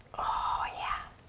oh yeah.